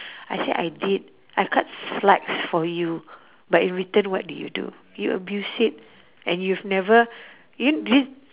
I said I did I cut slacks for you but in return what did you do you abuse it and you've never you this